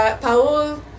Paul